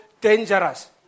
dangerous